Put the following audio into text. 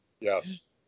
Yes